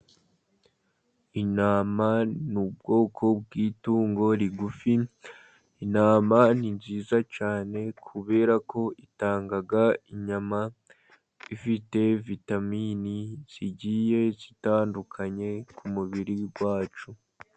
Intama ni ubwoko bw'itungo rigufi, intama ni nziza cyane kubera ko itanga inyama, ifite vitamini zigiye zitandukanye, ku mubiri wacu.